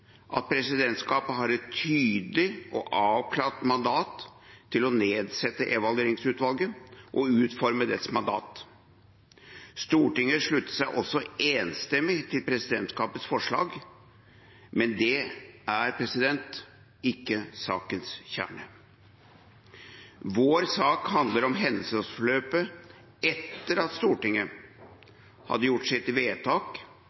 at presidentskapet har et tydelig og avklart mandat til å nedsette Evalueringsutvalget og utforme dets mandat. Stortinget sluttet seg også enstemmig til presidentskapets forslag, men det er ikke sakens kjerne. Vår sak handler om hendelsesforløpet etter at Stortinget hadde gjort sitt vedtak,